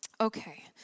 Okay